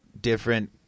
different